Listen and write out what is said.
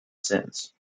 since